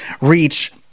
reach